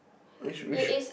which which